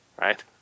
right